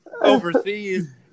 overseas